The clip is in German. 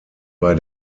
bei